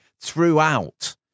throughout